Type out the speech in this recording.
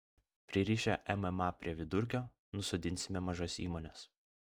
pririšę mma prie vidurkio nusodinsime mažas įmones